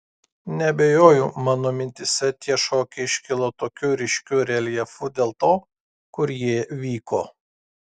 neabejoju mano mintyse tie šokiai iškilo tokiu ryškiu reljefu dėl to kur jie vyko